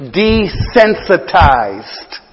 desensitized